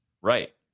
Right